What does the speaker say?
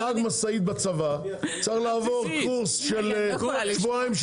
נהג משאית בצבא צריך לעבור קורס של שבועיים,